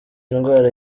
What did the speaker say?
ndwara